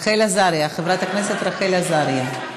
רחל עזריה, חברת הכנסת רחל עזריה.